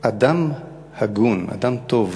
אדם הגון, אדם טוב,